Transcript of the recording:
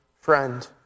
friend